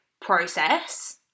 process